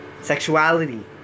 sexuality